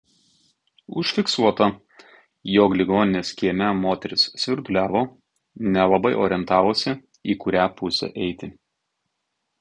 užfiksuota jog ligoninės kieme moteris svirduliavo nelabai orientavosi į kurią pusę eiti